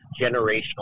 generational